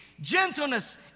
gentleness